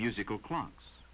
musical clocks